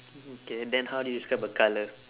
mm K then how do you describe a colour